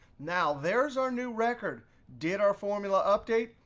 now there's our new record. did our formula update?